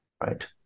right